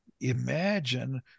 imagine